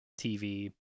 TV